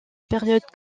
période